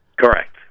Correct